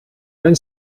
мань